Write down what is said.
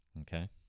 Okay